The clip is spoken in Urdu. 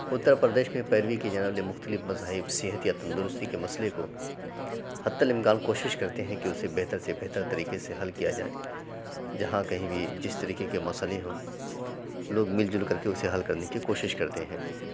اتر پردیش میں پیروی کی جانے والی مختلف مذاہب صحت یا تندرستی کے مسئلے کو حتی الامکان کوشش کرتے ہیں کہ اسے بہتر سے بہتر طریقے سے حل کیا جائے جہاں کہیں بھی جس طریقے کے مسئلے ہوں لوگ مل جل کر کے اسے حل کرنے کی کوشش کرتے ہیں